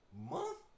Month